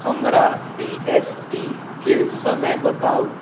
हमरा P S टीके समय बताउ